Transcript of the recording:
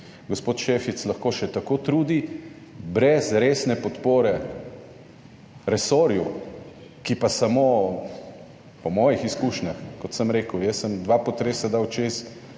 gospod Šefic lahko še tako trudi brez resne podpore resorju, ki pa samo po mojih izkušnjah, kot sem rekel, jaz sem dva potresa dal čez